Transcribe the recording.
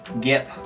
Gip